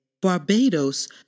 Barbados